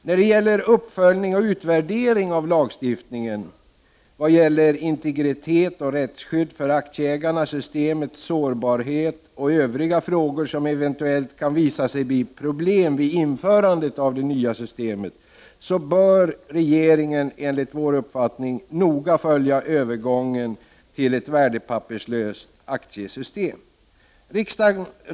När det gäller uppföljning och utvärdering av lagstiftningen, vad gäller integritet och rättsskydd för aktieägarna, systemets sårbarhet och övriga frågor som eventuellt kan visa sig bli problem vid införandet av det nya systemet, bör regeringen noga följa övergången till ett värdepapperslöst aktiesystem.